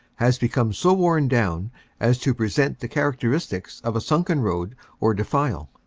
has become so worn down as to present the characteristics of a sunken road or defile.